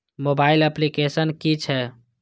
Mobile application कि छै?